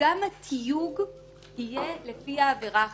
גם התיוג יהיה לפי העבירה החדשה.